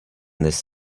this